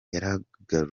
yaragutse